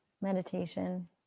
meditation